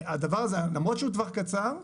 והדבר הזה, למרות שהוא לטווח קצר,